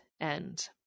end